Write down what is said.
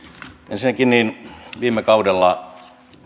ensinnäkin viime kaudella